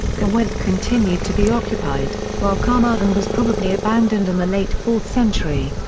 caerwent continued to be occupied, while carmarthen was probably abandoned in the late fourth century.